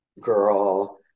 girl